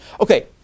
Okay